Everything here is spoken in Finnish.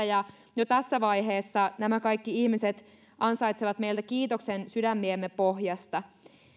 ja jo tässä vaiheessa nämä kaikki ihmiset ansaitsevat meiltä kiitoksen sydämiemme pohjasta